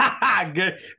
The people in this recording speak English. Good